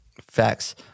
Facts